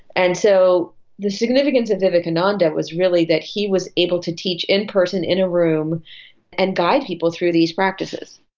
and so the significance of vivekananda was really that he was able to teach in person in a room and guide people through these practices.